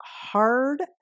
hard